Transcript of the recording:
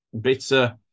bitter